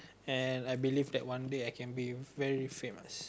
and I believe that one day I can be very famous